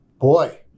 Boy